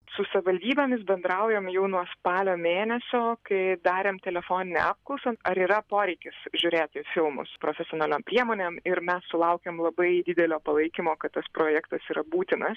su savivaldybėmis bendraujam jau nuo spalio mėnesio kai darėm telefoninę apklausą ar yra poreikis žiūrėti filmus profesionaliom priemonėm ir mes sulaukėm labai didelio palaikymo kad tas projektas yra būtinas